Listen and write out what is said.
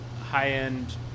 high-end